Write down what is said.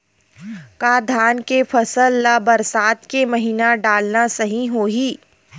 का धान के फसल ल बरसात के महिना डालना सही होही?